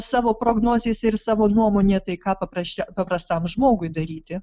savo prognozėse ir savo nuomonėje tai ką paprasčiau paprastam žmogui daryti